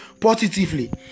positively